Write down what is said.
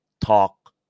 talk